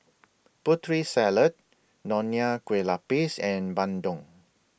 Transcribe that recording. Putri Salad Bonya Kueh Lapis and Bandung